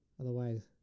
Otherwise